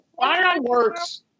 Fireworks